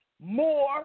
More